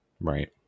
Right